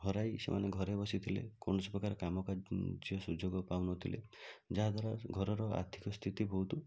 ହରାଇ ସେମାନେ ଘରେ ବସିଥିଲେ କୌଣସି ପ୍ରକାର କାମ କାର୍ଯ୍ୟର ସୁଯୋଗ ପାଉନଥିଲେ ଯାହାଦ୍ଵାରା ଘରର ଆର୍ଥିକ ସ୍ଥିତି ବହୁତ